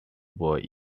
boy